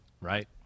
right